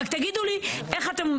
רק תגידו לי איך אתם,